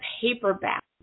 paperback